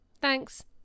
Thanks